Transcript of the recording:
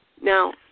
now